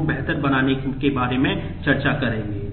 बेहतर बनाने के बारे में चर्चा करेंगे